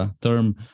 term